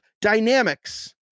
dynamics